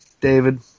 David